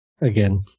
again